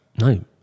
No